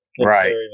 Right